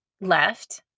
left